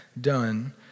done